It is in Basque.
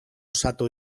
osatu